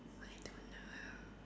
I don't know